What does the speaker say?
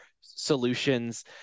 solutions